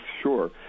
sure